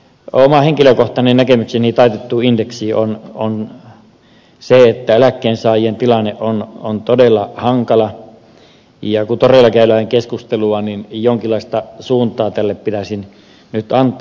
oma henkilökohtainen näkemykseni taitettuun indeksiin on se että eläkkeensaajien tilanne on todella hankala ja kun toreilla käydään keskustelua niin jonkinlaista suuntaa tälle pitäisi nyt antaa